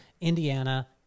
Indiana